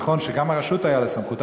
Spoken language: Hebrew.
נכון שגם לרשות הייתה סמכות.